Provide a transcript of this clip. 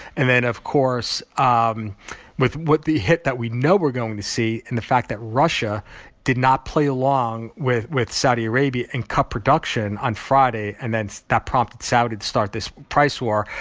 and then of course um with the hit that we know we're going to see in the fact that russia did not play along with with saudi arabia and cut production on friday. and then so that prompted saudi to start this price war.